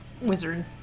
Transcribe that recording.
Wizard